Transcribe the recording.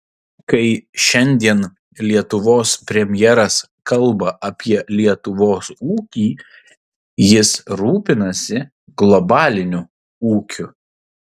kai šiandien lietuvos premjeras kalba apie lietuvos ūkį jis rūpinasi globaliniu ūkiu